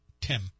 Tim